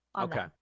Okay